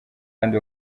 kandi